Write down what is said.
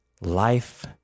Life